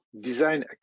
design